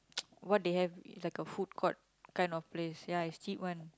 what they have like a food court kind of place ya is cheap one